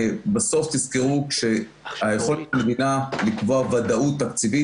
בסוף תזכרו שהיכולת המדינה לקבוע ודאות תקציבית